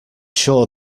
sure